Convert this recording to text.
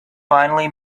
finally